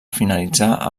finalitzar